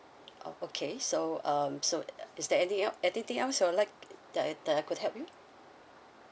oh okay so um so is there any else anything else that you would like that that I could help you